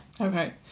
Okay